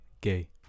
Gay